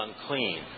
unclean